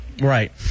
Right